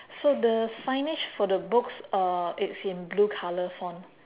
so the signage for the books uh it's in blue colour font